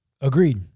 Agreed